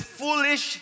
foolish